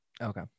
Okay